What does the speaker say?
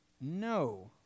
No